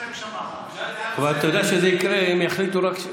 אבל אתה יודע שזה יקרה אם יחליטו רק,